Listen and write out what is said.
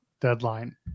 deadline